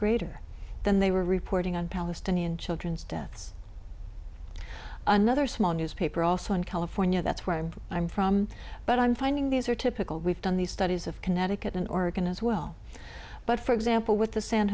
greater than they were reporting on palestinian children's deaths another small newspaper also in california that's where i'm i'm from but i'm finding these are typical we've done these studies of connecticut and oregon is well but for example with the san